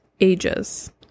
ages